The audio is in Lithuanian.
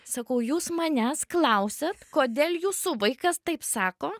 sakau jūs manęs klausiat kodėl jūsų vaikas taip sako